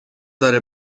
داره